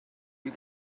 you